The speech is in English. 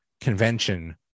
convention